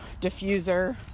diffuser